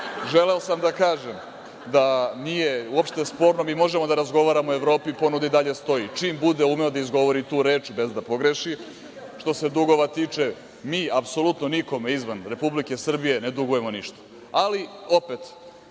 Želeo sam da kažem da nije uopšte sporno. Mi možemo da razgovaramo o Evropi, ponuda još uvek stoji, čim bude umeo da izgovori tu reč, bez da pogreši. Što se dugova tiče, mi apsolutno nikome izvan Republike Srbije ne dugujemo ništa, ali opet,